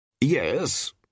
Yes